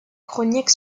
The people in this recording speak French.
chronique